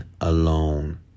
alone